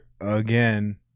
again